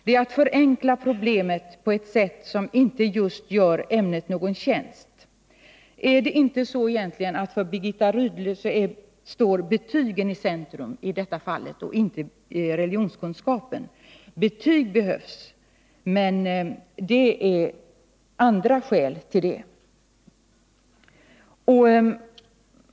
Det är att förenkla problemet på ett sätt som inte gör ämnet någon tjänst. Är det inte så att det som för Birgitta Rydle står i centrum i detta fall är betygen, inte religionskunskapen? Betyg behövs, men det är andra skäl till det.